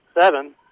seven